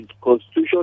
constitution